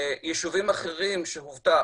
יישובים אחרים שהובטח,